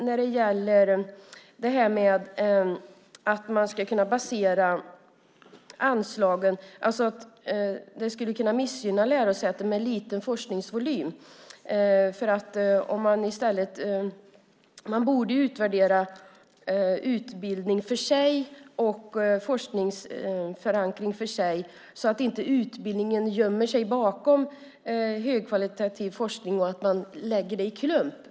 När det gäller det här med att basera anslagen på forskning skulle det kunna missgynna lärosäten med liten forskningsvolym. I stället borde man utvärdera utbildning för sig och forskningsförankring för sig så att inte utbildningen gömmer sig bakom högkvalitativ forskning - att det läggs i klump.